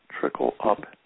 trickle-up